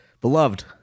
Beloved